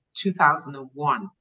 2001